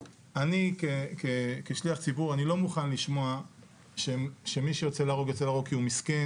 אני כשליח ציבור לא מוכן לשמוע שמי שיוצא להרוג יוצא להרוג כי הוא מסכן